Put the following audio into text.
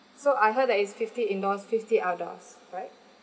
so I heard that it's fifty indoors fifty outdoors right